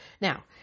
Now